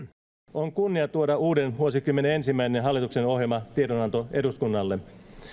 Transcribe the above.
on kunnia tuoda uuden vuosikymmenen ensimmäinen hallituksen ohjelma tiedonantona eduskunnalle hallitusohjelmassa